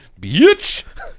Bitch